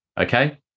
Okay